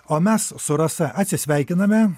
o mes su rasa atsisveikiname